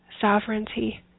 sovereignty